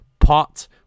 pot